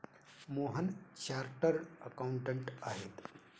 Mohan chartered accountant आहेत